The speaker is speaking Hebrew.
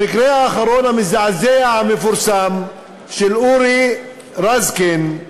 המקרה האחרון המזעזע המפורסם של אורי רזקן,